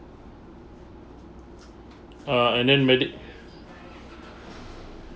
uh and then medic